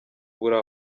ubura